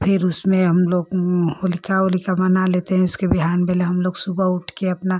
फिर उसमें हम लोग होलिका ओलिका मना लेते हैं उसके भियान पहले हम लोग सुबह उठ कर अपना